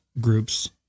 groups